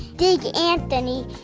big anthony,